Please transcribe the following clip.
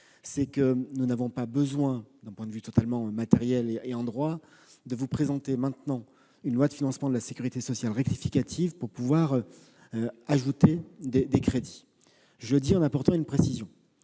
: nous n'avons pas besoin, d'un point de vue totalement matériel et en droit, de vous présenter maintenant une loi de financement de la sécurité sociale rectificative pour pouvoir ajouter des crédits. Je le dis en apportant une précision